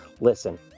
Listen